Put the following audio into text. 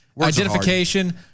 Identification